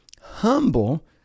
humble